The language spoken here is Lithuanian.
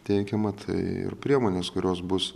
teikiama tai ir priemonės kurios bus